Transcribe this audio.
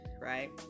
right